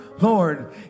Lord